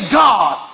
god